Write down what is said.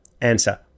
Answer